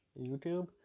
YouTube